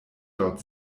dort